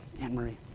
Anne-Marie